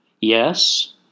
Yes